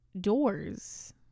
doors